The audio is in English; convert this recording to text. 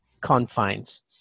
confines